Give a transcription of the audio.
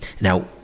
Now